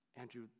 Andrew